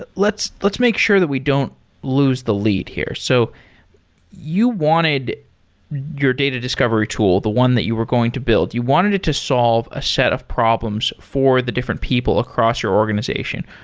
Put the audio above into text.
let's let's make sure that we don't lose the lead here. so you wanted your data discovery tool, the one that you were going to build, you wanted it to solve a set of problems for the different people across your organization.